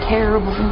Terrible